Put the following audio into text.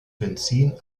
benzin